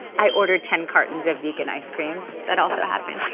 i ordered ten cartons of vegan ice cream. that also happened.